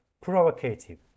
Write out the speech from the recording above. provocative